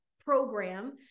program